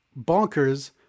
bonkers